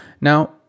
now